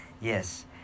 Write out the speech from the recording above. yes